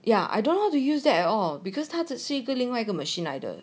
ya I don't know how to use that at all because 他只是一个另外一个 machine 来的